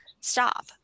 stop